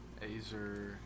Azer